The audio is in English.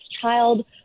child